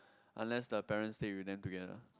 unless the parents stay with them together